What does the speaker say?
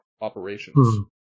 operations